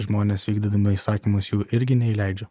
žmonės vykdydami įsakymus jų irgi neįleidžia